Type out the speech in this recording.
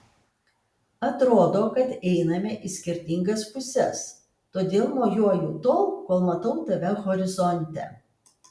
atrodo kad einame į skirtingas puses todėl mojuoju tol kol matau tave horizonte